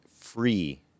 free